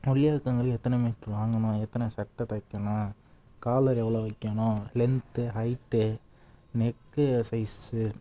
ஒல்லியாக இருக்கிறவங்களுக்கு எத்தனை மீட்ரு வாங்கணும் எத்தனை சட்டை தைக்கணும் காலர் எவ்வளோ வைக்கணும் லென்த்து ஹைட்டு நெக்கு சைஸு